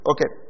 Okay